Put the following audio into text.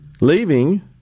leaving